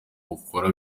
ukora